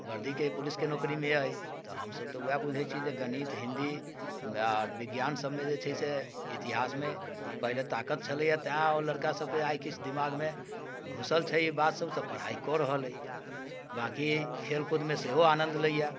बर्दीके पुलिसके नौकरीमे अइ तऽ हमसभ तऽ ओहे बुझैत छियै जे गणित हिन्दी आर विज्ञान सभमे जे छै से इतिहासमे पहिले ताकत छलैया तैँ ओ लड़का सभकेँ आइ किछु दिमागमे घुसल छै ई बात सभ तऽ पढ़ाइ कऽ रहल अइ बाँकी खेलकूदमे सेहो आनन्द लैया